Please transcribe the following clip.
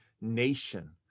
nation